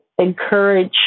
encourage